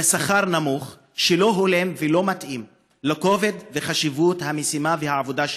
ושכר נמוך שלא הולם ולא מתאים לכובד וחשיבות המשימה והעבודה שלהם,